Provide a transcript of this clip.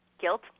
guilt